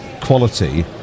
quality